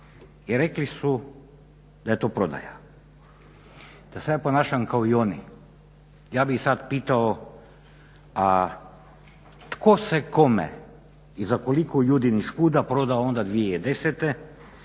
i rekli su da je to prodaja, da se ja ponašam kao oni. Ja bih sada pitao, a tko se kome i za koliko judinih škuda prodao onda 2010.kada